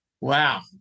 wow